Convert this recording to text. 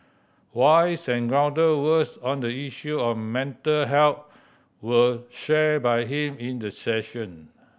wise and grounded words on the issue of mental health were shared by him in the session